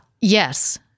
Yes